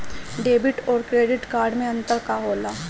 Debit और credit card मे अंतर का होला?